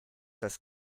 das